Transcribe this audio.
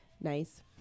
nice